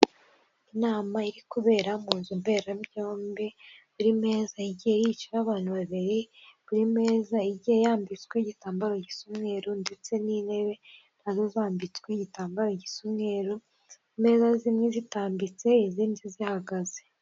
Inama iri kubera mu nzu mberabyombi buri meza igiye yicaraho abantu babiri buri meza igiye yambitse igitambaro gisa umweru, ndetse n'intebe nazo zambitswe igitambaro gisa umweru, imeza zimwe zitambitse izindi zihagaze.